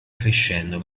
crescendo